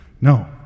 no